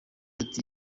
ati